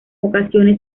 ocasiones